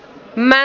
mä